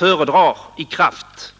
Man